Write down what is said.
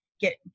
get